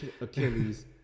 Achilles